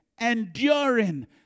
enduring